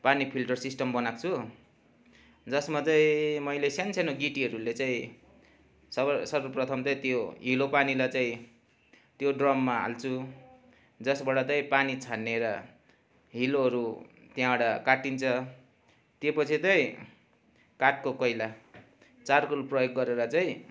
पानी filter system बनाएको छु जसमा चाहिँ मैले सानो सानो गिटीहरूले चाहिँ सबै सर्वप्रथम चाहिँ त्यो हिले पानीलाई चाहिँ त्यो ड्रममा हाल्छु जसबाट चाहिँ पानी छानिएर हिलोहरू त्यहाँबाट काटिन्छ त्योपछि चाहिँ काठको कोइला चारकोल प्रयोग गरेर चाहिँ